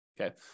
okay